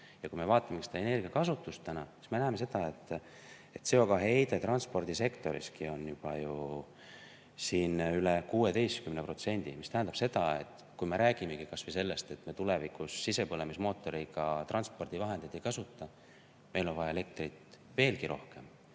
Ja kui me vaatame seda energiakasutust, siis me näeme seda, et CO2-heide transpordisektoriski on juba üle 16%. See tähendab seda, et kui me räägimegi kas või sellest, et me tulevikus sisepõlemismootoriga transpordivahendeid ei kasuta, siis on meil vaja veelgi rohkem